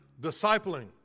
discipling